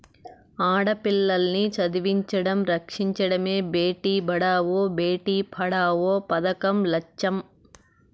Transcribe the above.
ఆడపిల్లల్ని చదివించడం, రక్షించడమే భేటీ బచావో బేటీ పడావో పదకం లచ్చెం